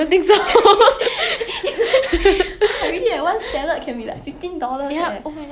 有很多东西 sia